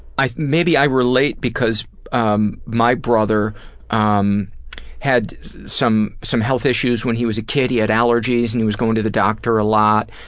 maybe i relate because um my brother um had some some health issues when he was a kid. he had allergies and he was going to the doctor a lot,